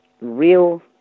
real